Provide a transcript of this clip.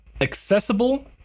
accessible